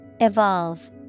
Evolve